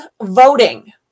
voting